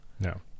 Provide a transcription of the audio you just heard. No